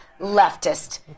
leftist